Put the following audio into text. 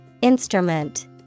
Instrument